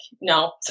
no